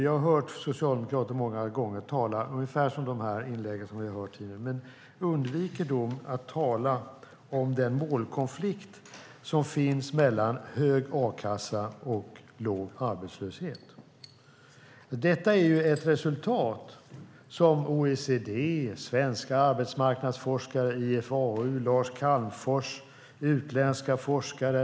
Jag har hört socialdemokrater många gånger tala ungefär som i de inlägg vi har hört tidigare, men de undviker då att tala om den målkonflikt som finns mellan hög a-kassa och låg arbetslöshet. Den är känd av OECD, svenska arbetsmarknadsforskare, IFAU, Lars Calmfors, utländska forskare.